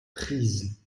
prise